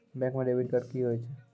Bank म debit card की होय छै?